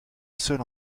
seul